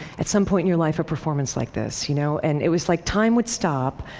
at some point in your life, a performance like this. you know and it was like time would stop,